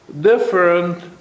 different